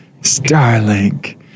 Starlink